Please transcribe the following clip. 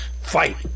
Fight